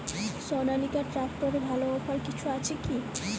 সনালিকা ট্রাক্টরে ভালো অফার কিছু আছে কি?